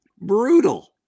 Brutal